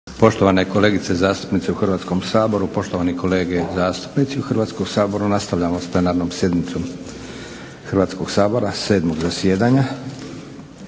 Poštovane kolegice zastupnice u Hrvatskom saboru, poštovani kolege zastupnici u Hrvatskom saboru nastavljamo s plenarnom sjednicom Hrvatskog sabora 7.zasjedanja.